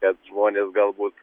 kad žmonės galbūt